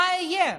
מה יהיה?